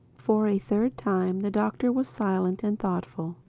for a third time the doctor was silent and thoughtful.